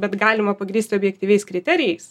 bet galima pagrįsti objektyviais kriterijais